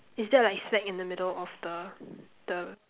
is that like smack in the middle of the the